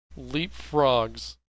leapfrogs